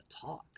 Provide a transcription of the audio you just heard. talk